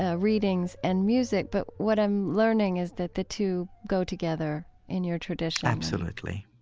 ah readings and music, but what i'm learning is that the two go together in your tradition absolutely.